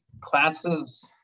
classes